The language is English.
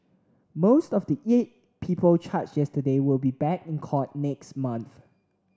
most of the eight people charged yesterday will be back in court next month